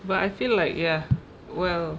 but I feel like ya well